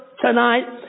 tonight